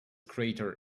crater